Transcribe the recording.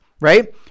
right